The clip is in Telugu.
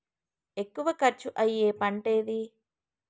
ఎక్కువ ఖర్చు అయ్యే పంటేది?